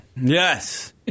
Yes